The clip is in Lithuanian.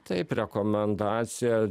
taip rekomendacija